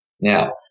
Now